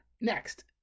next